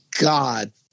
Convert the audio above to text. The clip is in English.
God